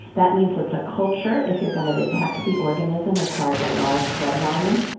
that means that's a culture-if you're going to detect the organism requires a large blood volume,